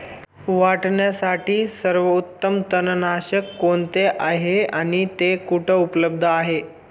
वाटाण्यासाठी सर्वोत्तम तणनाशक कोणते आहे आणि ते कुठे उपलब्ध आहे?